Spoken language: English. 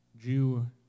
Jew